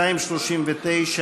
239